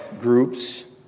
groups